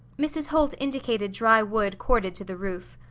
mrs. holt indicated dry wood corded to the roof.